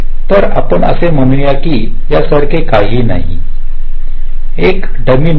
तर असे म्हणूया की यासारखे काहीही नाही ही एक डमी नोड आहे